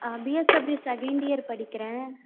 ஆ BSW second year படிக்கிறேன்